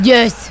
Yes